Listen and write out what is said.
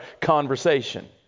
conversation